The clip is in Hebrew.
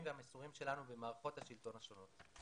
והמסורים שלנו במערכות השלטון השונות.